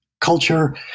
culture